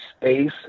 space